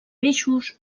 peixos